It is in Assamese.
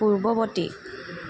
পূৰ্ৱবৰ্তী